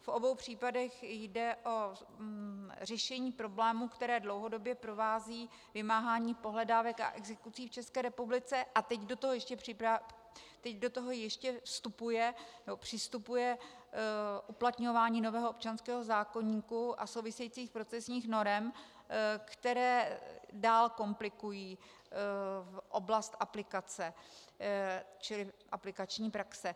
V obou případech jde o řešení problémů, které dlouhodobě provázejí vymáhání pohledávek a exekucí v České republice, a teď do toho ještě vstupuje, nebo přistupuje, uplatňování nového občanského zákoníku a souvisejících procesních norem, které dál komplikují oblast aplikace, aplikační praxe.